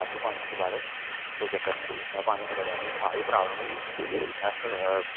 ते कर तू पानियै च बड़ कोई चक्कर नेईं में पानियै च बड़ेआ मिगी साह् दी प्राव्लम ही मे सर